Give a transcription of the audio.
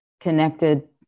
connected